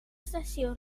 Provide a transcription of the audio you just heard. estació